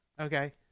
Okay